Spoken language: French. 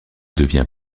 devient